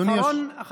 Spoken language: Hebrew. הוא יתפוטר, מקלב.